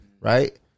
right